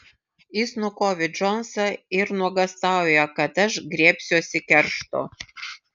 jis nukovė džonsą ir nuogąstauja kad aš griebsiuosi keršto